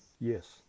Yes